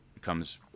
comes